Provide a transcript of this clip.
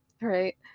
Right